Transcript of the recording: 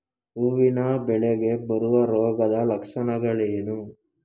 ಹೂವಿನ ಬೆಳೆಗೆ ಬರುವ ರೋಗದ ಲಕ್ಷಣಗಳೇನು?